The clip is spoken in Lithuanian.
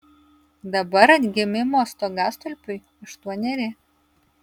dabar atgimimo stogastulpiui aštuoneri